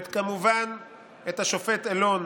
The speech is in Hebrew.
אבל גם אמרו שלא נקבע